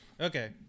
Okay